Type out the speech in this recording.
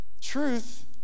Truth